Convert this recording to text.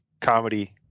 comedy